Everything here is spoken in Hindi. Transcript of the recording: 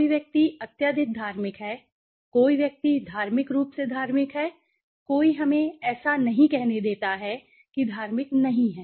कोई व्यक्ति अत्यधिक धार्मिक है कोई व्यक्ति धार्मिक रूप से धार्मिक है कोई हमें ऐसा नहीं कहने देता है कि धार्मिक नहीं है